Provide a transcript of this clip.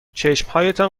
چشمهایتان